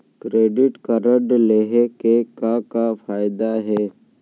Credit card लेहे के का का फायदा हे?